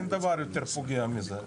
אין דבר יותר פוגע מזה.